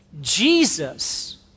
Jesus